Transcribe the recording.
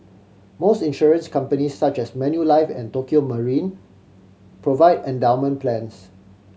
most insurance company such as Manulife and Tokio Marine provide endowment plans